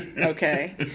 Okay